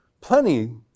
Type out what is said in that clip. plenty